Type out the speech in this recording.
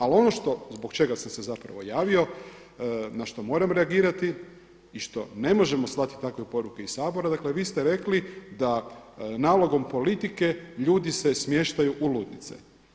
Ali ono što zbog čega sam se javio, na što moram reagirati i što ne možemo slati takve poruke iz Sabora, dakle vi ste rekli da nalogom politike ljudi se smještaju u ludnice.